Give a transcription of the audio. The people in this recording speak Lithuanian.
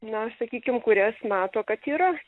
na sakykim kurias mato kad yra